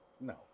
No